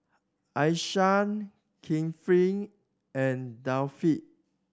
Aishah Kefli and Taufik